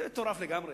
זה מטורף לגמרי.